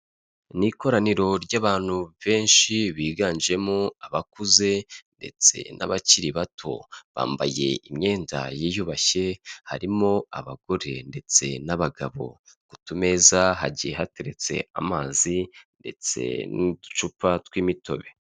Ni ikoraniro ry'abantu benshi biganjemo abakuze ndetse n'abakiri bato, bambaye imyenda yiyubashye harimo abagore ndetse n'abagabo ku tumeza hagiye hateretse amazi ndetse n'uducupa tw'imitobe.